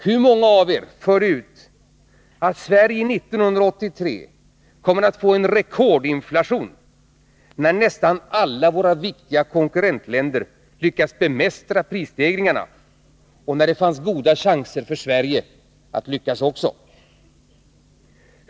Hur många av er förde ut att Sverige 1983 kommer att få en rekordinflation, när nästan alla våra viktiga konkurrentländer lyckas bemästra prisstegringarna och när det fanns goda möjligheter för Sverige att göra samma sak?